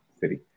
city